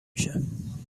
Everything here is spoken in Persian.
میشم